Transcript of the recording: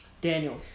Daniel